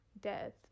death